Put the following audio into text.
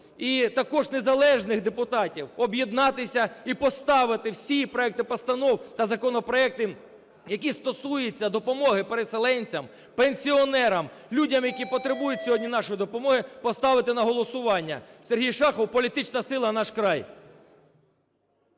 і також незалежних депутатів об'єднатися і поставити всі проекти постанов та законопроекти, які стосуються допомоги переселенцям, пенсіонерам, людям, які потребують сьогодні нашої допомоги, поставити на голосування. СергійШахов, політична сила "Наш край".